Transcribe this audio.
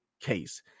Case